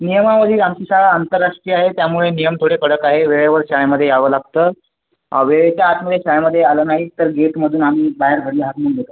नियमावली आमची शाळा आंतरराष्ट्रीय आहे त्यामुळे नियम थोडे कडक आहे वेळेवर शाळेमध्ये यावं लागतं वेळेच्या आतमध्ये शाळेमध्ये आलं नाही तर गेटमधून आम्ही बाहेर घरी हाकलून देतो